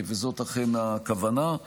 זאת אכן הכוונה.